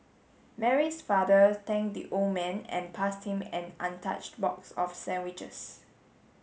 Mary's father thank the old man and passed him an untouched box of sandwiches